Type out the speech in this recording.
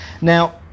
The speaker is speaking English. now